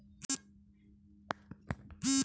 रोहन ने कहा कि मुझें आप चने की सब्जी खाने दीजिए